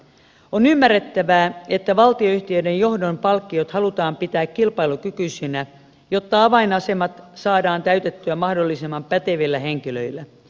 on ymmärrettävää että valtionyhtiöiden johdon palkkiot halutaan pitää kilpailukykyisinä jotta avainasemat saadaan täytettyä mahdollisimman pätevillä henkilöillä